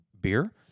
beer